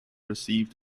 received